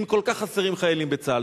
אם כל כך חסרים חיילים בצה"ל?